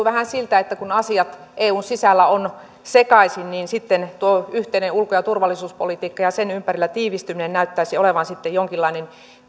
vähän siltä että kun asiat eun sisällä ovat sekaisin niin sitten tuo yhteinen ulko ja turvallisuuspolitiikka ja sen ympärillä tiivistyminen näyttäisivät olevan jonkinlainen